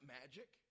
magic